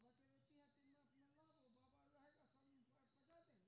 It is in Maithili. एयरटेल जियो के टॉप अप के देख सकब?